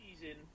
season